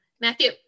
Matthew